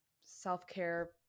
self-care